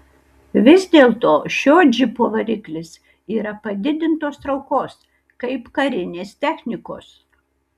vis dėlto šio džipo variklis yra padidintos traukos kaip karinės technikos